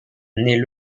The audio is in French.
naît